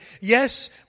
Yes